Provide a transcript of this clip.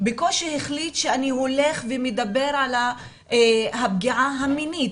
בקושי החליט שהוא הולך ומדבר על הפגיעה המינית,